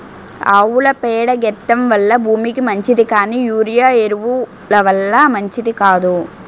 ఆవుల పేడ గెత్తెం వల్ల భూమికి మంచిది కానీ యూరియా ఎరువు ల వల్ల మంచిది కాదు